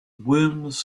worms